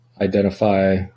identify